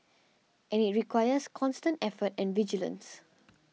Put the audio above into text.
and it requires constant effort and vigilance